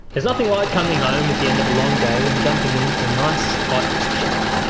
there's nothing like coming home at the end of a long day and jumping in to a nice, hot shower.